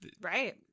right